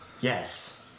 Yes